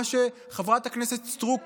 מה שחברת הכנסת סטרוק